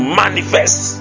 manifest